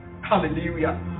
Hallelujah